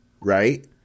right